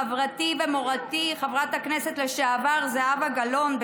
חברתי ומורתי חברת הכנסת לשעבר זהבה גלאון,